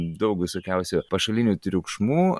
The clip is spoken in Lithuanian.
daug visokiausių pašalinių triukšmų